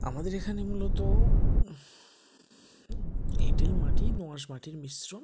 আমাদের এখানে মূলত এঁটেল মাটি দোঁআঁশ মাটির মিশ্রণ